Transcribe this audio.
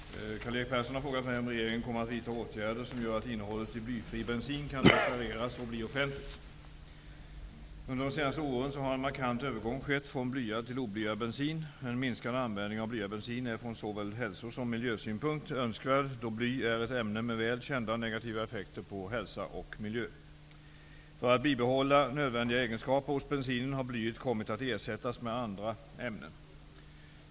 Fru talman! Karl-Erik Persson har frågat mig om regeringen kommer att vidta åtgärder som gör att innehållet i blyfri bensin kan deklareras och bli offentligt. Under de senaste åren har en markant övergång skett från blyad till oblyad bensin. En minskad användning av blyad bensin är från såväl hälso som miljösynpunkt önskvärd då bly är ett ämne med väl kända negativa effekter på miljö och hälsa. För att bibehålla nödvändiga egenskaper hos bensinen har blyet kommit att ersättas med andra ämnen.